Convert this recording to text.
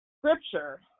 scripture